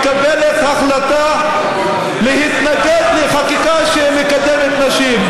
מקבלת החלטה להתנגד לחקיקה שמקדמת נשים.